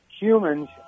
humans